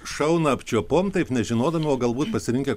šauna apčiuopom taip nežinodami o galbūt pasirinkę